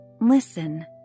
listen